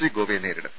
C ഗോവയെ നേരിടും